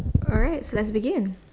alright so let's begin